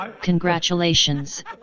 Congratulations